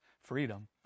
freedom